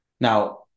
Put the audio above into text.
now